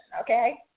okay